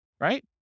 right